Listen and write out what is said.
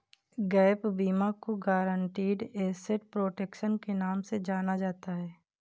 gap बीमा को guaranteed asset protection के नाम से जाना जाता है